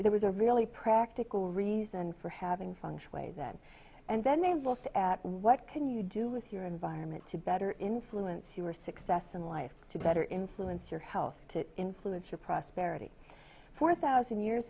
there was a really practical reason for having function way then and then they looked at what can you do with your environment to better influence you were success in life to better influence your health to influence your prosperity four thousand years